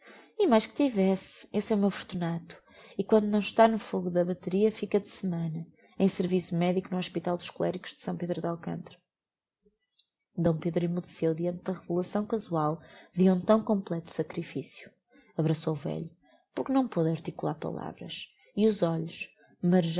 e mais que tivesse esse é o meu fortunato e quando não está no fogo da bateria fica de semana em serviço medico no hospital dos cholericos de s pedro de alcantara d pedro emmudeceu diante da revelação casual de um tão completo sacrificio abraçou o velho porque não pôde articular palavras e os olhos